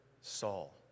Saul